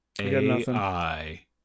AI